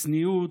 הצניעות,